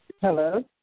Hello